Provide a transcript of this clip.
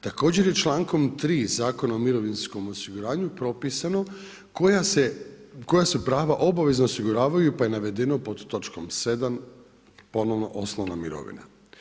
Također je člankom 3. Zakonom o mirovinskom osiguranju propisano koja se pravo obavezno osiguravaju pa je navedeno pod točkom 7. ponovno osnovna mirovina.